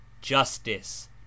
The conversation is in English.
justice